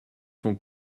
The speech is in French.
sont